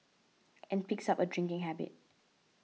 and picks up a drinking habit